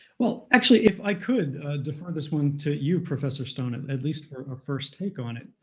well, actually if i could defer this one to you, professor stone, at at least for a first take on it,